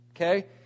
Okay